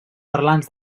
parlants